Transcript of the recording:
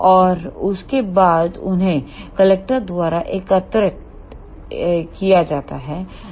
और उसके बाद उन्हें कलेक्टर द्वारा एकत्र किया जाएगा